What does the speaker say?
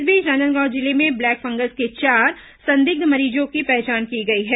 इस बीच राजनांदगांव जिले में ब्लैक फंगस के चार संदिग्ध मरीजों की पहचान की गई है